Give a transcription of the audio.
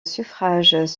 suffrages